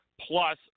plus